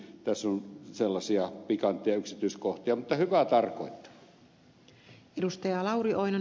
tässä on sellaisia pikantteja yksityiskohtia mutta hyvää tarkoittaa